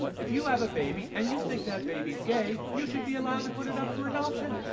if you have a baby and you think that baby's gay, you should be allowed to put it up for adoption.